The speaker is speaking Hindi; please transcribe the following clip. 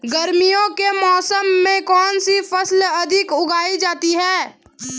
गर्मियों के मौसम में कौन सी फसल अधिक उगाई जाती है?